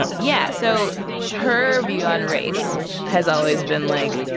but yeah, so her view on race has always been, like,